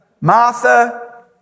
Martha